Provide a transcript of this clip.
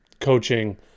coaching